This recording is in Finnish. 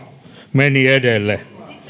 meni edelle